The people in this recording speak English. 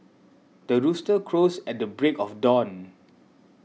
the rooster crows at the break of dawn